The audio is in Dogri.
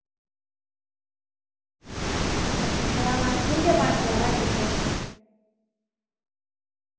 अच्छा ठीक ऐ पंज सौ आह्ला ठीक ऐ